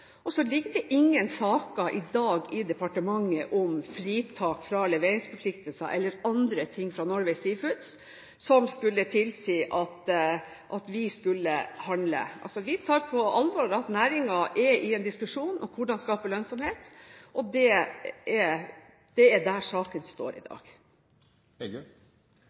ingen saker i dag i departementet om fritak fra leveringsforpliktelser eller andre ting fra Norway Seafoods som skulle tilsi at vi skulle handle. Vi tar på alvor at næringen er i en diskusjon om hvordan skape lønnsomhet, og det er der saken står i dag.